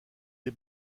des